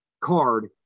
card